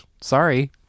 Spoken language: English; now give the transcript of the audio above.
Sorry